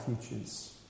futures